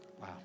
Wow